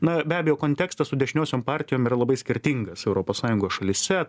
na be abejo kontekstas su dešiniosiom partijom yra labai skirtingas europos sąjungos šalyse